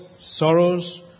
sorrows